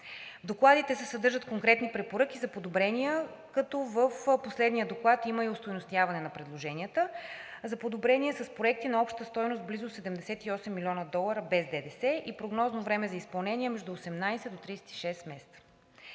докладите се съдържат конкретни препоръки за подобрения, като в последния доклад има и остойностяване на предложенията за подобрения с проекти на обща стойност близо 78 млн. долара без ДДС и прогнозно време за изпълнение между 18 до 36 месеца.